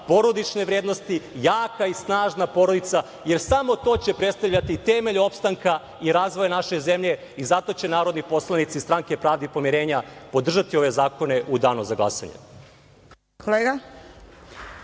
porodične vrednosti, jaka i snažna porodica, jer samo to će predstavljati temelj opstanka i razvoja naše zemlje. Zato će narodni poslanici Stranke pravde i pomirenja podržati ove zakone u danu za glasanje.